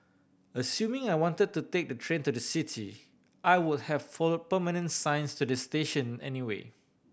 assuming I wanted to take the train to the city I would have follow permanent signs to the station anyway